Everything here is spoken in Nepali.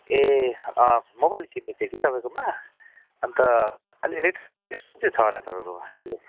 ए अँ मोबाइल किन्नु थियो कि तपाईँकोमा अन्त अहिले रेट छ होला तपाईँकोमा अहिले